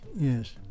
Yes